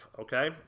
okay